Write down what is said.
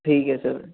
ਠੀਕ ਹੈ ਸਰ